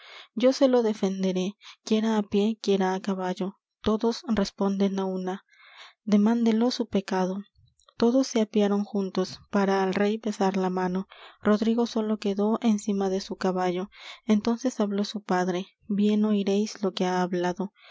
yo se lo defenderé quiera á pié quiera á caballo todos responden á una demándelo su pecado todos se apearon juntos para al rey besar la mano rodrigo sólo quedó encima de su caballo entonces habló su padre bien oiréis lo que ha hablado